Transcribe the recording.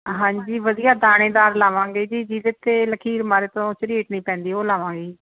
ਹਾਂਜੀ ਵਧੀਆ ਦਾਣੇਦਾਰ ਲਾਵਾਂਗੇ ਜੀ ਜਿਹਦੇ 'ਤੇ ਲਕੀਰ ਮਾਰੇ ਤੋਂ ਝਰੀਟ ਨਹੀਂ ਪੈਂਦੀ ਉਹ ਲਾਵਾਂਗੇ ਜੀ